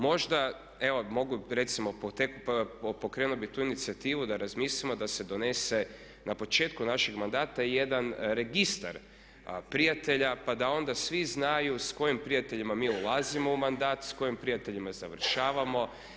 Možda evo mogu, recimo pokrenuo bih tu inicijativu da razmislimo da se donese na početku našeg mandata i jedan registar prijatelja pa da onda svi znaju s kojim prijateljima mi ulazimo u mandat, s kojim prijateljima završavamo.